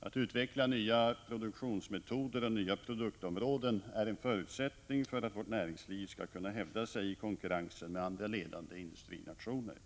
Att utveckla nya produktionsmetoder och nya produktområden är en förutsättning för att vårt näringsliv skall kunna hävda sig i konkurrensen med andra ledande industrinationer.